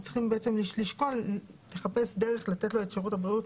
צריך לשקול ולחפש דרך לתת לו את שירות הבריאות